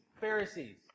Pharisees